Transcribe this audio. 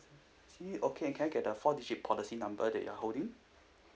T okay and can I get the four digit policy number that you are holding